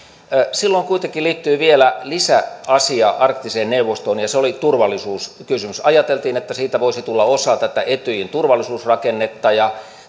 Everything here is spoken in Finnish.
silloin kuitenkin liittyi vielä lisäasia arktiseen neuvostoon ja se oli turvallisuuskysymys ajateltiin että siitä voisi tulla osa tätä etyjin turvallisuusrakennetta ja